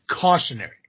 cautionary